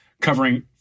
covering